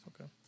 okay